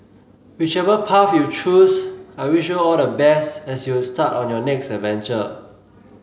whichever path you choose I wish you all the best as you start on your next adventure